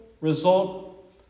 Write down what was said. result